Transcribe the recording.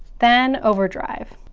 then overdrive.